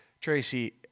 Tracy